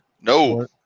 No